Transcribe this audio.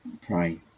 pray